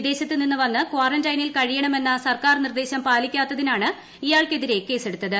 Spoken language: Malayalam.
വിദേശത്ത് നിന്ന് വന്ന് കാറന്റൈനിൽ കഴിയണമെന്ന സർക്കാർ നിർദ്ദേശം പാലിക്കാത്തതിനാണ് ഇയാൾക്കെതിരെ കേസ് എടുത്തത്